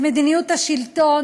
את מדיניות השלטון,